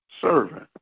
servant